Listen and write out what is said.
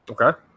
Okay